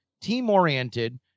team-oriented